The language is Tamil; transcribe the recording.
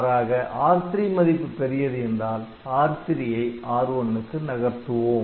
மாறாக R3 மதிப்பு பெரியது என்றால் R3 ஐ R1 க்கு நகர்த்துவோம்